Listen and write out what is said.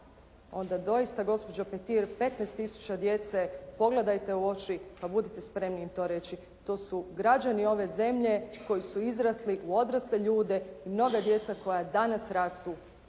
onda doista gospođo Petir 15 tisuća djece pogledajte u oči pa budite spremni im to reći. To su građani ove zemlje koji su izrasli u odrasle ljude i mnoga djeca koja danas rastu